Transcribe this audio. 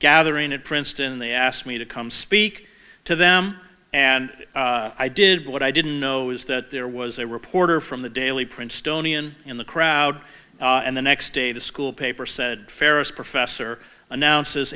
gathering at princeton they asked me to come speak to them and i did what i didn't know was that there was a reporter from the daily princetonian in the crowd and the next day the school paper said ferris professor announces